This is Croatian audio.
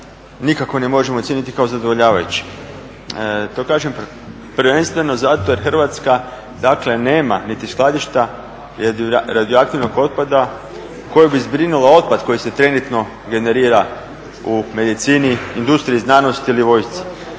nikako ne možemo ocijeniti kao zadovoljavajuće. To kažem prvenstveno zato jer Hrvatska, dakle nema niti skladišta radioaktivnog otpada koje bi zbrinulo otpad koji se trenutno generira u medicini, industriji, znanosti ili vojsci.